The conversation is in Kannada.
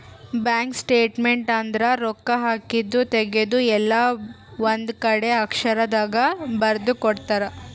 ಬ್ಯಾಂಕ್ ಸ್ಟೇಟ್ಮೆಂಟ್ ಅಂದ್ರ ರೊಕ್ಕ ಹಾಕಿದ್ದು ತೆಗ್ದಿದ್ದು ಎಲ್ಲ ಒಂದ್ ಕಡೆ ಅಕ್ಷರ ದಾಗ ಬರ್ದು ಕೊಡ್ತಾರ